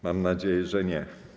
Mam nadzieję, że nie.